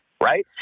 right